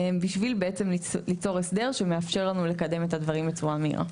בשביל באמת ליצור הסדר שמאפשר לנו לקדם את הדברים בצורה מהירה.